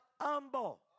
Humble